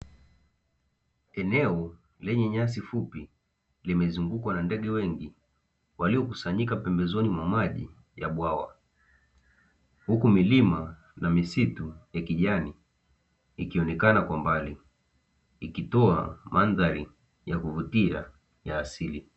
Eneo lenye nyasi fupi limezungukwa na ndege wengi, waliokusanyika pembezoni mwa maji ya bwawa, huku milima na misitu ya kijani ikionekana kwa mbali, ikitoa mandhari ya kuvutia ya asili.